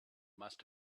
must